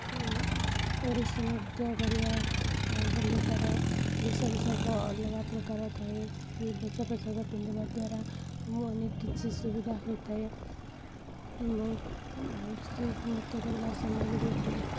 ଓଡ଼ିଶୀ ନୃତ୍ୟ କରିବା ପାଇଁ ହେଲେ ତା'ର ବେଶପୋଷାକ ଅଲଗା ପ୍ରକାର ଥାଏ ସେ ବେଶପୋଷାକ ପିନ୍ଧିବା ଦ୍ୱାରା ଅନେକ କିଛି ସୁବିଧା ହୋଇଥାଏ ବହୁତ ଓଡ଼ିଶୀ ନୃତ୍ୟ କରିବା ସମୟରେ ବହୁତ